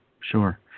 Sure